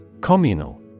Communal